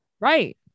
Right